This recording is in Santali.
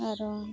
ᱟᱨᱚ